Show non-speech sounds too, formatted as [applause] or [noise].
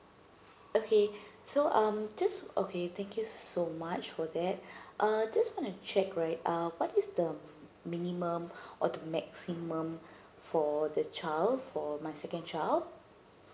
okay so um just okay thank you so much for that [breath] uh just want to check right uh what is the minimum or the maximum for the child for my second child